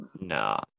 No